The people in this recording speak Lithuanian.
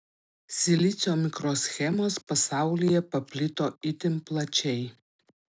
silicio mikroschemos pasaulyje paplito itin plačiai